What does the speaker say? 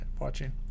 watching